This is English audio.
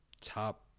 top